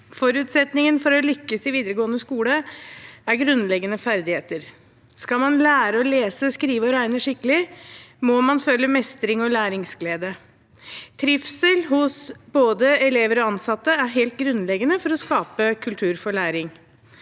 Forutsetningen for å lykkes i videregående skole er grunnleggende ferdigheter. Skal man lære å lese, skrive og regne skikkelig, må man føle mestring og læringsglede. Trivsel hos både elever og ansatte er helt grunnleggende for å skape kultur for læring.